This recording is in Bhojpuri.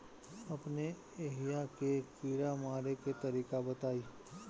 अपने एहिहा के कीड़ा मारे के तरीका बताई?